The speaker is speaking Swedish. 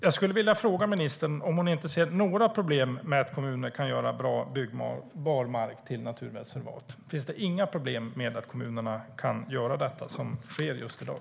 Jag skulle vilja fråga ministern om hon inte ser några problem med att kommuner kan göra bra, byggbar mark till naturreservat. Finns det inga problem med att kommunerna kan göra just det som sker i dag?